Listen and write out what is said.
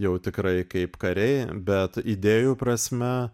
jau tikrai kaip kariai bet idėjų prasme